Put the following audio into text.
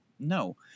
no